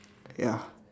ya